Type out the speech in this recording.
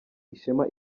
ishema